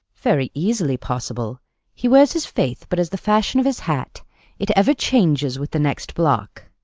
very easily possible he wears his faith but as the fashion of his hat it ever changes with the next block.